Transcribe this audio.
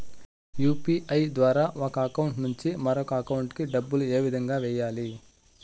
UPI ద్వారా ఒక account నుంచి మరొక అకౌంట్ కి డబ్బులు ఏ విధంగా వెయ్యాలి